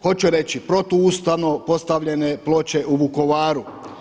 Hoću reći protuustavno postavljene ploče u Vukovaru.